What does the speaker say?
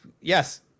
yes